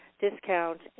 discount